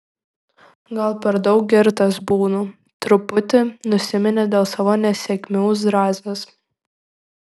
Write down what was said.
gal per daug girtas būnu truputi nusiminė dėl savo nesėkmių zrazas